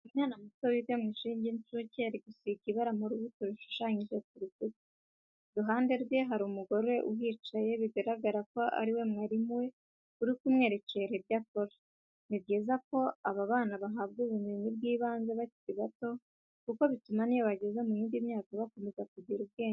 Umwana muto wiga mu ishuri ry'inshuke, ari gusiga ibara mu rubuto rushushanyije ku rukuta. Iruhande rwe hari umugore uhicaye bigaragara ko ari we mwarimu we uri kumwerekera ibyo akora. Ni byiza ko aba bana bahabwa ubumenyi bw'ibanze bakiri bato kuko bituma n'iyo bageze mu yindi myaka bakomeza kugira ubwenge.